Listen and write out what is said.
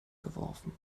geworfen